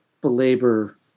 belabor